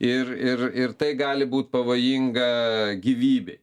ir ir ir tai gali būt pavojinga gyvybei